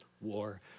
War